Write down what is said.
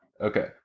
Okay